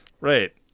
Right